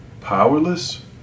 powerless